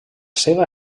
seva